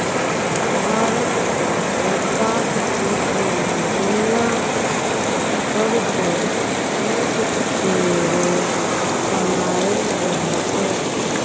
भारतक लद्दाख क्षेत्र मे दुनियाँक सबसँ नीक कश्मेरे बनाएल जाइ छै